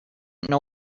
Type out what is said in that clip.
know